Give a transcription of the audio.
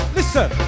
Listen